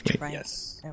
Yes